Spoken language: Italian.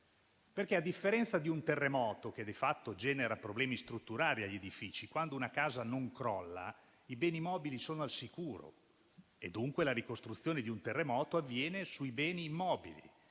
A differenza di un terremoto che di fatto genera problemi strutturali agli edifici, quando una casa non crolla, i beni mobili sono al sicuro. La ricostruzione di un terremoto avviene dunque sui beni immobili.